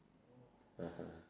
(uh huh)